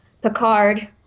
Picard